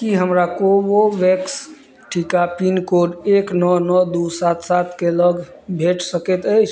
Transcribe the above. की हमरा कोवोवेक्स टीका pin code एक नओ नओ दू सात सातके लग भेट सकैत अछि